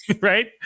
right